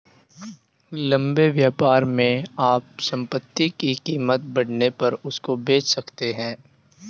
लंबे व्यापार में आप संपत्ति की कीमत बढ़ने पर उसको बेच सकते हो